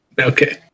Okay